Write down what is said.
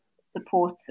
support